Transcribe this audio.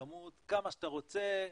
בכמות כמה שאתה רוצה,